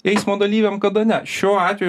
eismo dalyviam kada ne šiuo atveju